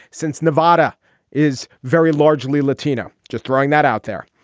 since nevada is very largely latino. just throwing that out there.